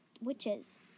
witches